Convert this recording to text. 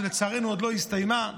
שלצערנו עוד לא הסתיימה.